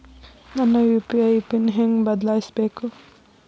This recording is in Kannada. ನನ್ನ ಯು.ಪಿ.ಐ ಪಿನ್ ಹೆಂಗ್ ಬದ್ಲಾಯಿಸ್ಬೇಕು?